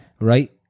Right